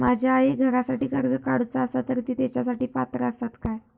माझ्या आईक घरासाठी कर्ज काढूचा असा तर ती तेच्यासाठी पात्र असात काय?